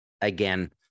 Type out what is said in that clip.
again